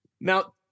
Now